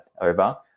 over